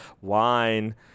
wine